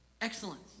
Excellent